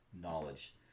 knowledge